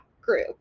group